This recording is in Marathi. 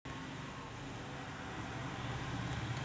वित्त मंत्रालयाची तिजोरी म्हणून काम करते